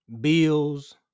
bills